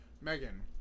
Megan